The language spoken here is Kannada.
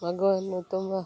ಮಗುವನ್ನು ತುಂಬ